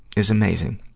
is amazing.